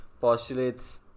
postulates